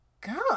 God